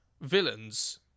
villains